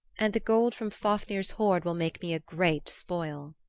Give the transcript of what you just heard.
and the gold from fafnir's hoard will make me a great spoil.